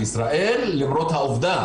יש שלוש מכללות להוראה,